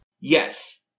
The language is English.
Yes